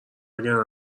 وگرنه